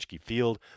Field